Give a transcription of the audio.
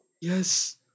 Yes